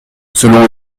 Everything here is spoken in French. selon